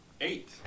Eight